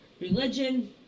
religion